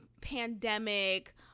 pandemic